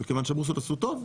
ומכיוון שהבורסות עשו טוב,